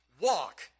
Walk